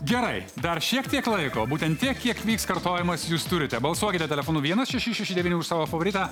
gerai dar šiek tiek laiko būtent tiek kiek vyks kartojimas jūs turite balsuokite telefonu vienas šeši šeši devyni už savo favoritą